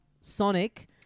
Sonic